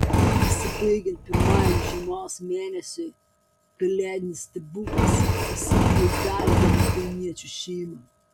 besibaigiant pirmajam žiemos mėnesiui kalėdinis stebuklas pasivijo dar vieną kauniečių šeimą